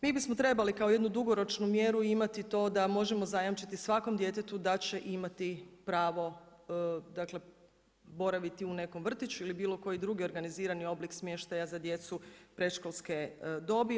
Mi bismo trebali kao jednu dugoročnu mjeru imati to da možemo zajamčiti svakom djetetu da će imati pravo, dakle boraviti u nekom vrtiću ili bilo koji drugi organizirani oblik smještaja za djecu predškolske dobi.